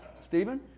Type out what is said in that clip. Stephen